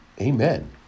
Amen